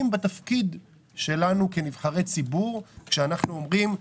בתפקיד שלנו כנבחרי ציבור כשאנחנו אומרים: